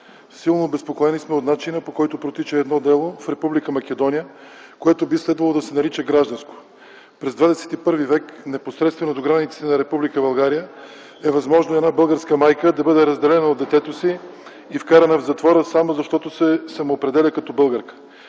Силно обезпокоени сме от начина, по който протича едно дело в Република Македония, което би следвало да се нарича гражданско. През ХХІ век, непосредствено до границите на Република България, е възможно една българска майка да бъде разделена от детето си и вкарана в затвора само защото се самоопределя като българска.